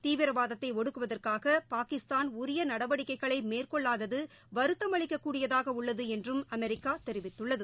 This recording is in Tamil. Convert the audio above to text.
தீவிரவாதத்தை ஒடுக்குவதற்காக பாகிஸ்தான் உரிய நடவட்ககைகளை மேற்கொள்ளாதது வருத்தம் அளிக்கக்கூடியதாக உள்ளது என்றும் அமெரிக்கா தெரிவித்துள்ளது